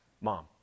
mom